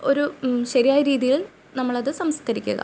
ഒരു ശരിയായ രീതിയിൽ നമ്മൾ അത് സംസ്കരിക്കുക